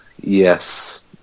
Yes